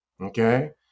okay